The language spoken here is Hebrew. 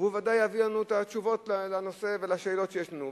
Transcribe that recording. והוא ודאי יביא לנו תשובות לנושא ולשאלות שיש לנו.